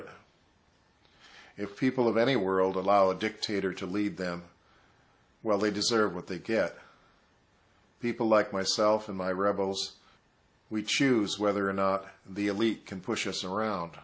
it if people of any world allow dictator to lead them well they deserve what they get people like myself and my rebels we choose whether or not the elite can push us around